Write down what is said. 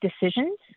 decisions